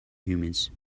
humans